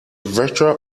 virtual